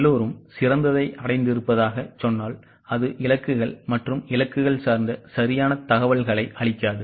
எல்லோரும் சிறந்ததை அடைந்திருப்பதாக சொன்னால் அது இலக்குகள் மற்றும் இலக்குகள் சார்ந்த சரியான தகவல்களை அளிக்காது